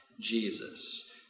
Jesus